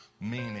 meaning